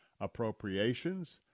appropriations